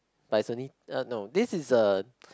but is only uh no this is a